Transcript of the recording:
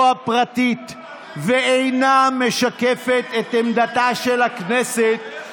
אתה דרסת את הכנסת מהיום שנכנסת.